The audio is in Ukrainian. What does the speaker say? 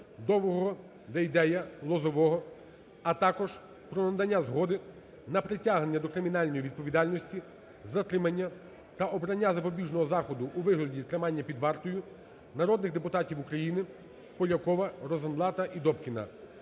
Довгого, Дейдея, Лозового, а також про надання згоди на притягнення до кримінальної відповідальності, затримання та обрання запобіжного заходу у вигляді тримання під вартою народних депутатів України Полякова, Розенблата і Добкіна,